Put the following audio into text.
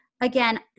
again